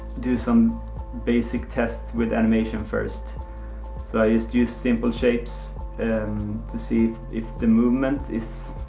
do some basic tests with animation first. so i just use simple shapes and to see if the movement is,